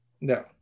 No